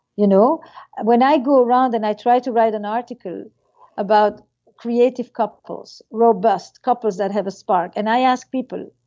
you know when i go around and i try to write an article about creative couple, robust couples that have a spark and i ask people,